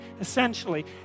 essentially